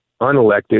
unelected